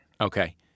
Okay